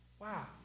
Wow